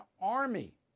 army